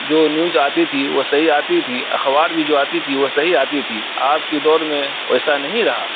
جو نیوج آتی تھی وہ صحیح آتی تھی اخبار بھی جو آتی تھی وہ صحیح آتی تھی آج کی دور میں ویسا نہیں رہا